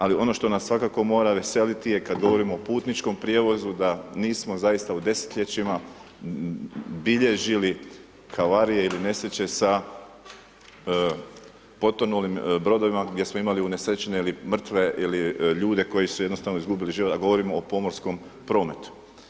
Ali ono što nas svakako mora veseliti je kad govorimo o putničkom prijevozu da nismo zaista u desetljećima bilježili havarije ili nesreće sa potonulim brodovima gdje smo imali unesrećene ili mrtve ili ljude koji su jednostavno izgubili život, a govorimo o pomorskom prometu.